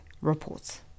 reports